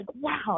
wow